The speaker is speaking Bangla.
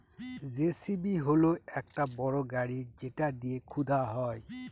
যেসিবি হল একটা বড় গাড়ি যেটা দিয়ে খুদা হয়